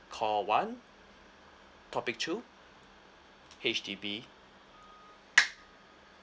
call one topic two H_D_B